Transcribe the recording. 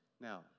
Now